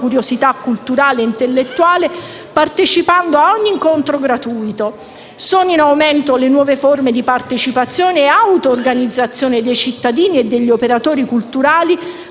curiosità culturale e intellettuale partecipando a ogni incontro gratuito. Sono in aumento le nuove forme di partecipazione e autorganizzazione dei cittadini e degli operatori culturali